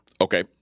Okay